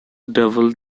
double